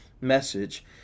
message